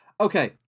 Okay